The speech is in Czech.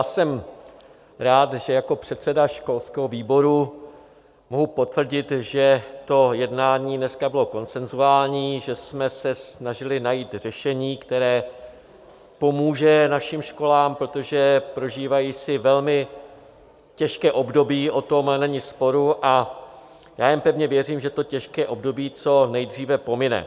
Jsem rád, že jako předseda školského výboru mohu potvrdit, že jednání dneska bylo konsenzuální, že jsme se snažili najít řešení, které pomůže našim školám, protože si prožívají velmi těžké období, o tom není sporu, a já jen pevně věřím, že to těžké období co nejdříve pomine.